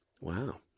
Wow